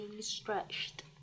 stretched